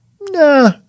Nah